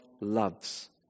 loves